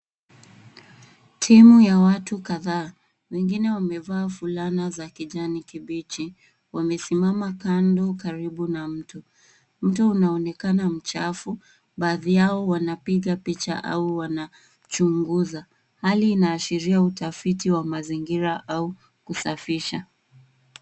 Timu ya watu kadhaa, wengine wamevaa fulana za kijani kibichi. Wamesimama kando karibu na mto. Mto unaonekana mchafu. Baadhi yao wanapiga picha au wanachunguza. Hali hii inaashiria utafiti wa mazingira au kusafisha.